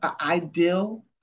ideal